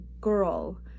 girl